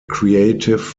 creative